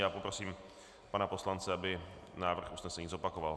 Já poprosím pana poslance, aby návrh usnesení zopakoval.